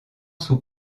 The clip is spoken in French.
sous